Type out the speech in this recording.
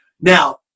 Now